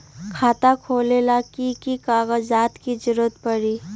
खाता खोले ला कि कि कागजात के जरूरत परी?